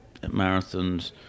marathons